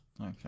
Okay